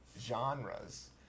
genres